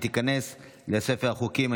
והיא תיכנס לספר החוקים.